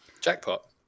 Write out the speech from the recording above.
Jackpot